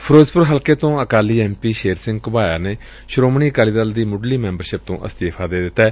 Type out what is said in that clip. ਫਿਰੋਜ਼ਪੁਰ ਹਲਕੇ ਤੋਂ Akali M P Sher Singh Ghubaya ਨੇ ਸ੍ਰੋਮਣੀ ਅਕਾਲੀ ਦਲ ਦੀ ਮੁੱਢਲੀ ਮੈਂਬਰਸ਼ਿਪ ਤੋਂ ਅਸਤੀਫ਼ਾ ਦੇ ਦਿੱਤੈ